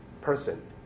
person